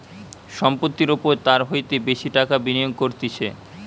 সম্পত্তির ওপর তার হইতে বেশি টাকা বিনিয়োগ করতিছে